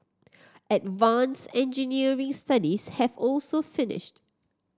advance engineering studies have also finished